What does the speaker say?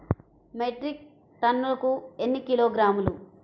Metric టన్నుకు ఎన్ని కిలోగ్రాములు?